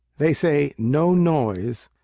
they say no noise,